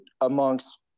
amongst